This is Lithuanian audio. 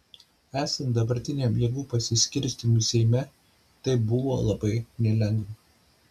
esant dabartiniam jėgų pasiskirstymui seime tai buvo labai nelengva